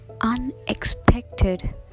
unexpected